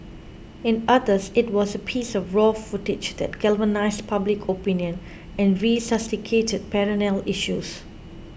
in others it was a piece of raw footage that galvanised public opinion and resuscitated perennial issues